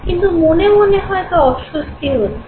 কিন্তু মনে মনে হয়তো অস্বস্তি হচ্ছে